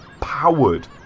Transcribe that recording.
powered